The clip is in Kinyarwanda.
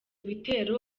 bitero